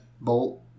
bolt